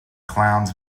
clowns